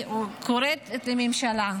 אני קוראת לממשלה,